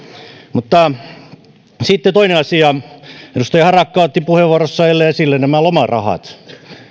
mutta sitten toinen asia edustaja harakka otti puheenvuorossaan esille nämä lomarahat